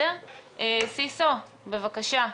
מר סיסו, בבקשה,